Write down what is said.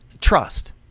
Trust